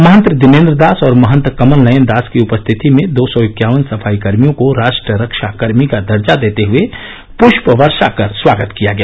महंत दिनेंद्र दास और महत कमल नयन दास की उपस्थिति में दो सौ इक्यावन सफाईकर्मियों को राष्ट्र रक्षा कर्मी का दर्जा देते हुए पुष्प वर्षा कर स्वागत किया गया